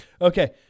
Okay